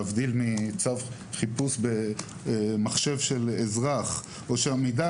להבדיל מצו חיפוש במחשב של אזרח או המידע